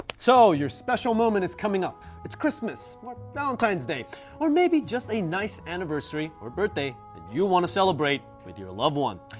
so your special moment is coming up. it's christmas or valentine's day or maybe just a nice anniversary or birthday and you want to celebrate with your loved one.